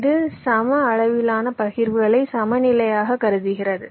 இது சம அளவிலான பகிர்வுகளை சமநிலையாகக் கருதுகிறது